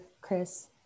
Chris